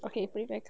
okay prefect